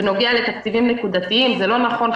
בנוגע לתקציבים נקודתיים זה לא נכון,